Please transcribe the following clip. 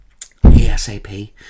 ASAP